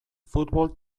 futbol